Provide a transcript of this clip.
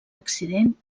accident